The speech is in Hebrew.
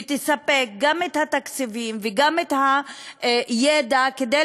ותספק גם את התקציבים וגם את הידע כדי